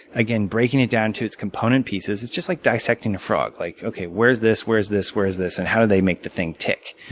again, breaking it down to its component pieces. it's just like dissecting a frog. like where is this, where is this, where is this, and how do they make the think tick?